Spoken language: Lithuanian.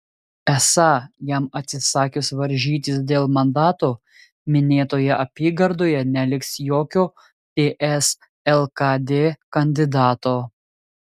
esą jam atsisakius varžytis dėl mandato minėtoje apygardoje neliks jokio ts lkd kandidato